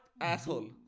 asshole